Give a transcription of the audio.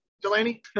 delaney